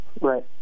Right